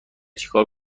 چیکار